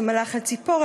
/ שמלך על ציפור,